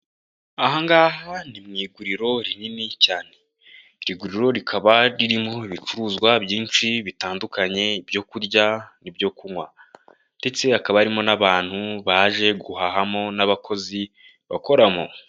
Ahangaha ni mu iguriro rinini cyane, iri guriro rikaba ririmo ibicuruzwa byinshi, bitandukanye, byo kurya, n'ibyo kunywa, ndetse hakaba harimo n'abantu, baje guhahamo, n'abakozi bakoramo.